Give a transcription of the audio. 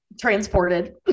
transported